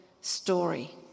story